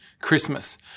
Christmas